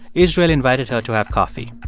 israel invited her to have coffee.